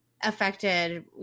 affected